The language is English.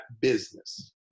business